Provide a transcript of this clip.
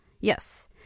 Yes